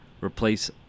replace